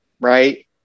right